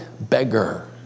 beggar